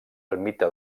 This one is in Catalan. ermita